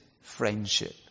friendship